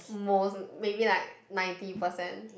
most maybe like ninety percent